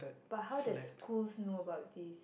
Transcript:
but how the schools know about this